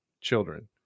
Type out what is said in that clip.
children